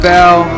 Bell